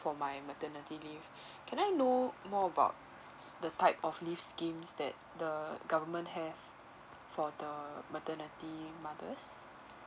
for my maternity leave can I know more about the type of leave schemes that the government have for the maternity mothers